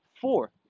four